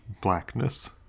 blackness